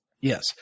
Yes